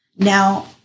Now